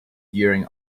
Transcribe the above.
during